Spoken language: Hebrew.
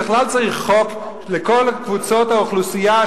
בכלל צריך חוק לכל קבוצות האוכלוסייה,